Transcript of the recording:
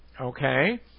Okay